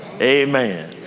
Amen